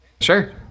Sure